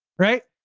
right?